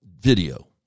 video